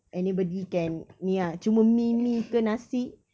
anybody can ni ah cuma mi mi ke nasi